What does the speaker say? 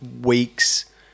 weeks